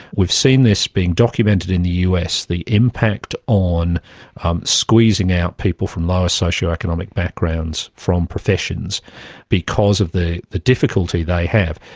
we've seen this being documented in the us, the impact on squeezing out people from lower socio-economic backgrounds from professions because of the difficulty they have,